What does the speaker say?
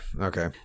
Okay